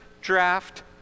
draft